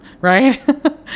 right